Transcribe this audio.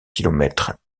kilomètres